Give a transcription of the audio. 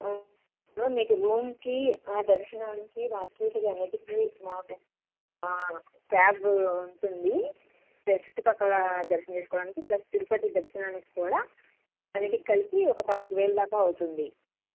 మీకు రూమ్కి ఆ దర్శనానికి వాటికి అన్నిటికీ మాకు క్యాబు ఉంటుంది ప్లస్ చుట్టుపక్కల దర్శనం చేసుకోవడానికి ప్లస్ తిరుపతి దర్శనానికి కూడా అన్నిటికి కలిపి ఒక పాతిక వేల దాకా అవుతుంది